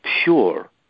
Pure